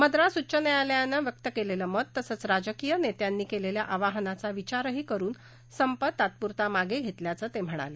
मद्रास उच्च न्यायालयानं व्यक्त केलेलं मत तसंच राजकीय नेत्यांनी केलेल्या आवाहनाचाही विचार करुन संप तात्पुरता मागे घेतल्याचं ते म्हणाले